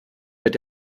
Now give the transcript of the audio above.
mit